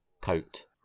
coat